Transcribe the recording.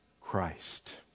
Christ